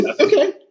Okay